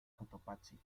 cotopaxi